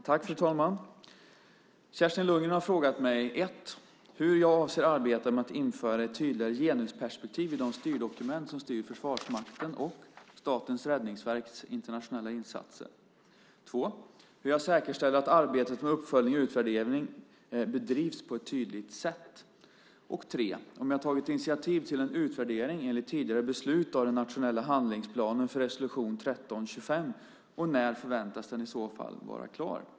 Fru talman! Kerstin Lundgren har frågat mig följande. 1. Hur avser jag att arbeta med att införa ett tydligare genusperspektiv i de styrdokument som styr Försvarsmaktens och Statens räddningsverks internationella insatser? 2. Hur ska jag säkerställa att arbetet med uppföljning och utvärdering bedrivs på ett tydligt sätt? 3. Har jag tagit initiativ till en utvärdering enligt tidigare beslut av den nationella handlingsplanen för resolution 1325, och när förväntas den i så fall vara klar?